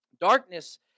Darkness